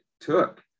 took